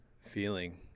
feeling